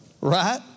right